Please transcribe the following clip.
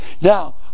Now